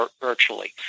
virtually